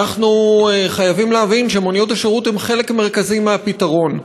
אנחנו חייבים להבין שמוניות השירות הן חלק מרכזי מהפתרון.